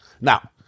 Now